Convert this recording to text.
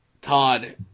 Todd